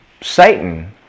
Satan